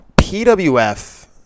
PWF